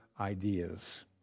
ideas